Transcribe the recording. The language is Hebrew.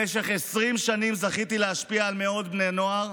במשך 20 שנים זכיתי להשפיע על מאות בני נוער,